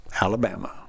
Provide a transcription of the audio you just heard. Alabama